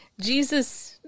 Jesus